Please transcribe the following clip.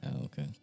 Okay